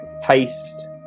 taste